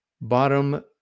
Bottom